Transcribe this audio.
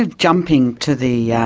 ah jumping to the yeah